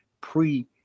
pre